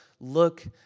Look